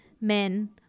men